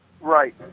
Right